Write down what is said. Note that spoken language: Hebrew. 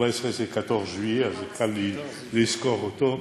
14 זה Quatorze juillet, אז קל לי לזכור אותו.